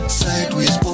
sideways